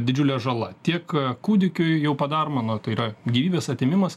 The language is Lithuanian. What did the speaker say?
didžiulė žala tiek kūdikiui jau padaroma na tai yra gyvybės atėmimas